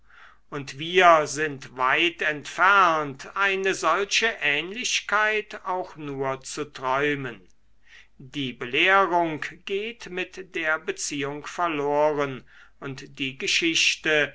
und wir sind weit entfernt eine solche ähnlichkeit auch nur zu träumen die belehrung geht mit der beziehung verloren und die geschichte